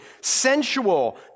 sensual